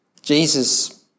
Jesus